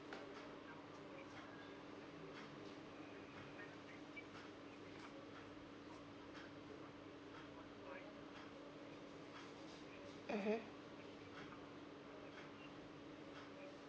mmhmm